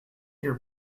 your